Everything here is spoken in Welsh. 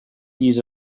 hyd